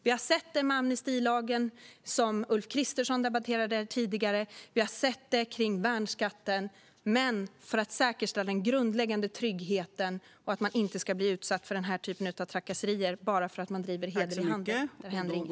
Vi har sett det med amnestilagen, som Ulf Kristersson debatterade tidigare, och vi har sett det i fråga om värnskatten, men för att säkerställa en grundläggande trygghet och att man inte ska bli utsatt för den typen av trakasserier bara för att man driver hederlig handel händer inget.